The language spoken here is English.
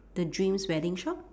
the dreams wedding shop